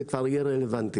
זה כבר יהיה רלבנטי.